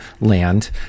land